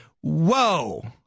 Whoa